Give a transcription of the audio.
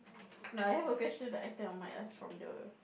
nah I have a question that I think I might ask from the